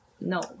No